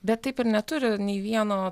bet taip ir neturi nei vieno